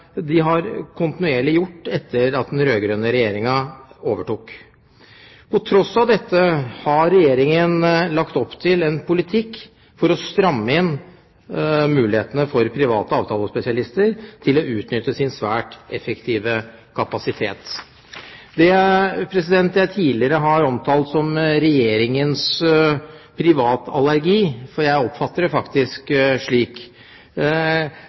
de har gjort kontinuerlig etter at den rød-grønne regjeringen overtok. På tross av dette har Regjeringen lagt opp til en politikk for å stramme inn på de mulighetene som private avtalespesialister har til å utnytte sin svært effektive kapasitet. Det jeg tidligere har omtalt som Regjeringens privatallergi – for jeg oppfatter det faktisk slik